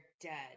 dead